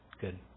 good